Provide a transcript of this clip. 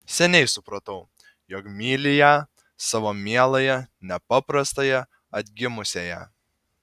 seniai supratau jog myli ją savo mieląją nepaprastąją atgimusiąją